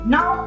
Now